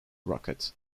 rocket